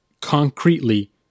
concretely